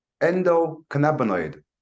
endocannabinoid